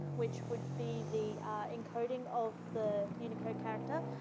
which would be the encoding of the unicode character.